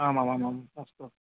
आमामामाम् अस्तु अस्तु